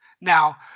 Now